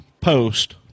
post